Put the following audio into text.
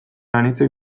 anitzek